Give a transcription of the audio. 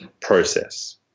process